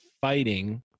fighting